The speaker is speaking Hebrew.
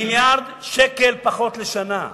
מיליארד שקל פחות לשנה.